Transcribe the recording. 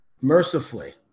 mercifully